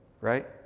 right